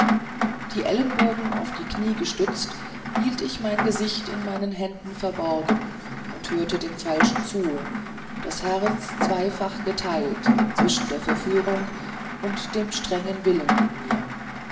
die ellenbogen auf die knie gestützt hielt ich mein gesicht in meinen händen verborgen und hörte dem falschen zu das herz zwiefach geteilt zwischen der verführung und dem strengen willen in mir